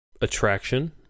attraction